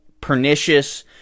pernicious